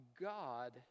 God